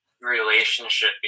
relationship